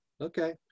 Okay